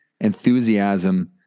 enthusiasm